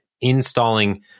installing